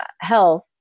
health